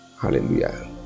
hallelujah